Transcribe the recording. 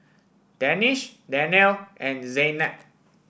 Danish Danial and Zaynab